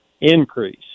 increase